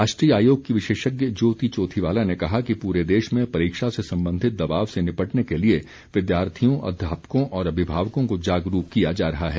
राष्ट्रीय आयोग की विशेषज्ञ ज्योति चोथीवाला ने कहा कि पूरे देश में परीक्षा से संबंधित दबाव से निपटने के लिए विद्यार्थियों अध्यापकों और अभिभावकों को जागरूक किया जा रहा है